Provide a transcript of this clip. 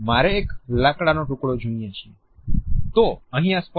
આપણે વાક્યને ફકરામાં મૂકીને સંદર્ભ સમજવાનો પ્રયત્ન કરીએ